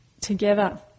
together